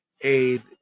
aid